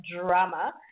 drama